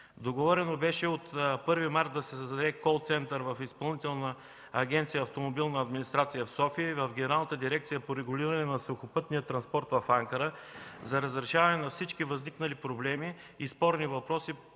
Договорено беше от 1 март да се създаде колцентър в Изпълнителна агенция „Автомобилна администрация” – София, и в Генералната дирекция по регулиране на сухопътния транспорт в Анкара за разрешаване на всички възникнали проблеми и спорни въпроси